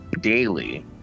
daily